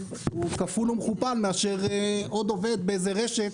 הוא כפול ומכופל מאשר עוד עובד באיזה רשת,